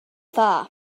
dda